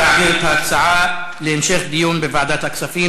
ההצעה להמשך דיון בוועדת הכספים.